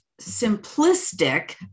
simplistic